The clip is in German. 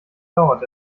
dauert